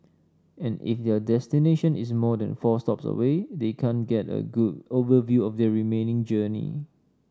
and if their destination is more than four stops away they can't get a good overview of their remaining journey